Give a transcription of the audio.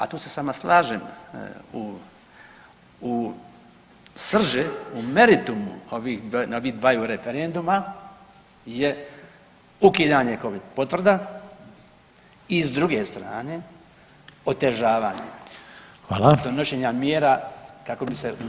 A tu se s vama slažem u, u srži, u meritumu ovih dvaju referenduma je ukidanje covid potvrda i s druge strane otežavanja donošenja mjera kako bi se